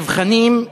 הנבחנים,